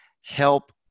help